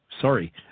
sorry